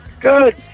Good